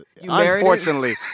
unfortunately